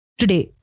today